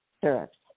syrups